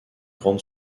grande